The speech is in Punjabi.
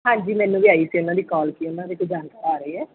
ਹਾਂਜੀ ਮੈਨੂੰ ਵੀ ਆਈ ਸੀ ਉਹਨਾਂ ਦੀ ਕੌਲ ਕਿ ਉਹਨਾਂ ਦੇ ਕੋਈ ਜਾਣਕਾਰ ਆ ਰਹੇ ਆ